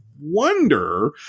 wonder